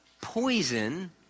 poison